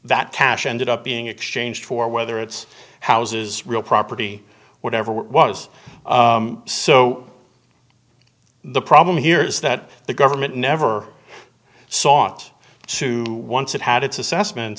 that cash ended up being exchanged for whether it's houses real property whatever was so the problem here is that the government never sought to once it had its assessments